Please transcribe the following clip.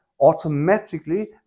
automatically